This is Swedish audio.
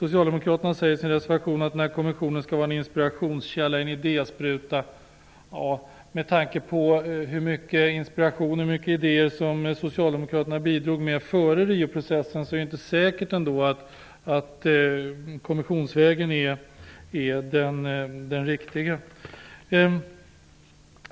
Socialdemokraterna säger i sin reservation att denna kommission skall vara en inspirationskälla och en idéspruta. Med tanke på hur mycket inspiration och idéer som socialdemokraterna bidrog med före Rioprocessen, är det väl inte säkert att kommissionsvägen är den riktiga.